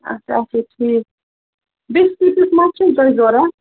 اَچھا اَچھا ٹھیٖک بِسکِٹٕس ما چھِو تۄہہِ ضروٗرت